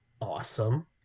awesome